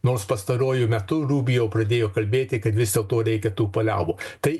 nors pastaruoju metu rubio pradėjo kalbėti kad vis dėlto reikia tų paliaubų tai